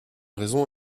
raison